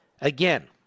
Again